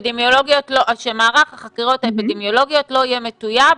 שמערך החקירות האפידמיולוגיות לא יהיה מטיוב,